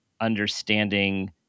understanding